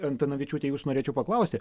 antanavičiūte jūsų norėčiau paklausti